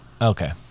okay